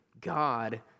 God